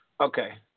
Okay